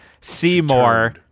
Seymour